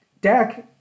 Dak